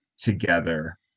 together